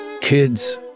Kids